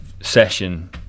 session